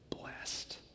blessed